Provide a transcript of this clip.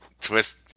twist